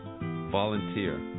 Volunteer